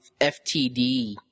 FTD